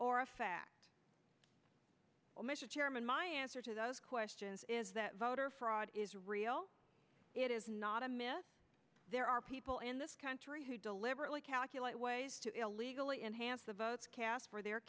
or a fact chairman my answer to those questions is that voter fraud is real it is not a myth there are people in this country who deliberately calculate ways to illegally enhance the votes cast for their